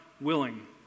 willing